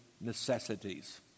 necessities